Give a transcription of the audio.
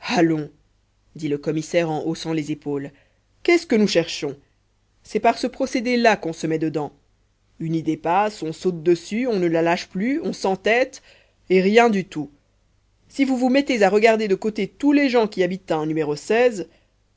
dit le commissaire en haussant les épaules qu'est-ce que nous cherchons c'est par ce procédé là qu'on se met dedans une idée passe on saute dessus on ne la lâche plus on s'entête et rien du tout si vous vous mettez à regarder de côté tous les gens qui habitent à un numéro